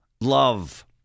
Love